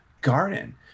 garden